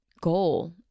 goal